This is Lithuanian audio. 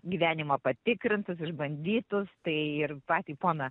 gyvenimo patikrintus išbandytus tai ir patį poną